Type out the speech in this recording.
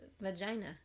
vagina